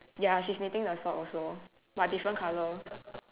ya she's knitting the sock also but different colour